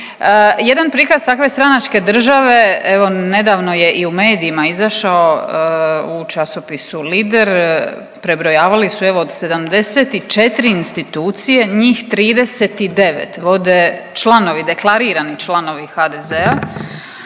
Jedan prikaz takve stranačke države evo nedavno je i u medijima izašao u časopisu Lider, prebrojavali su evo 74 institucije, njih 39 vode članovi, deklarirani članovi HDZ-a,